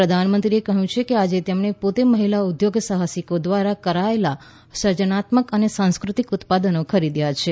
પ્રધાનમંત્રીએ કહ્યું કે આજે તેમણે પોતે મહિલા ઉદ્યોગ સાહસિકો દ્વારા કરાયેલાં સર્જનાત્મક અને સાંસ્કૃતિક ઉત્પાદનો ખરીદ્યા છે